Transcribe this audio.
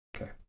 okay